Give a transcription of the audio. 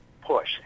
Push